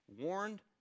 warned